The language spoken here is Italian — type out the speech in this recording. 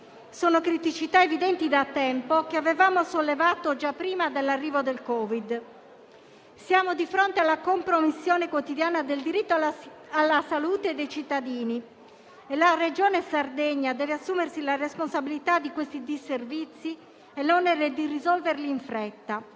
sono criticità evidenti da tempo, che avevamo sollevato già prima dell'arrivo del Covid. Siamo di fronte alla compromissione quotidiana del diritto alla salute dei cittadini e la Regione Sardegna deve assumersi la responsabilità di questi disservizi e l'onere di risolverli in fretta.